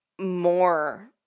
more